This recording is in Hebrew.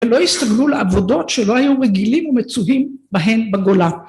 ולא הסתגלו לעבודות שלא היו רגילים ומצווים בהן בגולה.